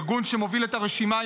ארגון שמוביל את הרשימה,